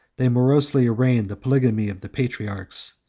they morosely arraigned the polygamy of the patriarchs,